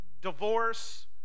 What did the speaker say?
divorce